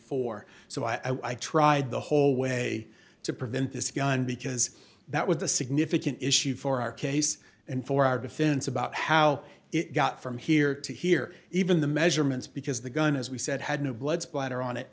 four so i tried the whole way to prevent this gun because that was a significant issue for our case and for our defense about how it got from here to here even the measurements because the gun as we said had no blood splatter on it